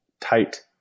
tight